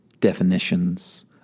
definitions